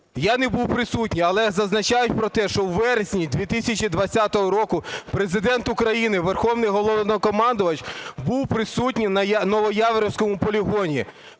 я не був присутній, але зазначають про те, що у вересні 2020 року Президент України, Верховний Головнокомандувач, був присутній на Новояворівському полігоні.